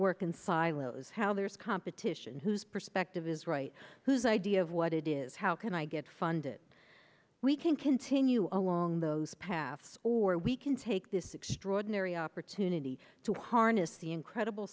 work in silos how there's competition whose perspective is right whose idea of what it is how can i get funded we can continue along those paths or we can take this extraordinary opportunity to harness the incredible